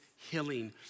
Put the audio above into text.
healing